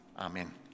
Amen